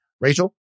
Rachel